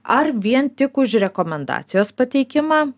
ar vien tik už rekomendacijos pateikimą